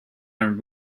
and